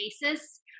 basis